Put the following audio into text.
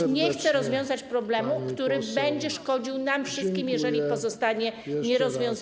Rząd nie chce rozwiązać problemu, który będzie szkodził nam wszystkim, jeżeli pozostanie nierozwiązany.